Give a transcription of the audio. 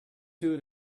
due